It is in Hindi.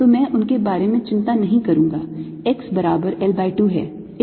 तो मैं उनके बारे में चिंता नहीं करूंगा x बराबर L by 2 है